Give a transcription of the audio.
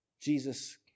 Jesus